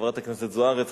חברת הכנסת זוארץ,